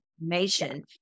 information